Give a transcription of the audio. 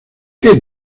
qué